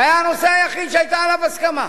זה היה הנושא היחיד שהיתה עליו הסכמה,